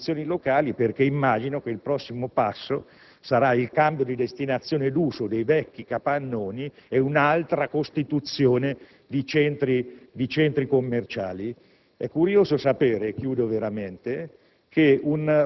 le varie istituzioni locali, perché immagino che il prossimo passo sarà il cambio di destinazione d'uso dei vecchi capannoni e la costruzione di centri commerciali. È curioso sapere che in